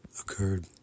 occurred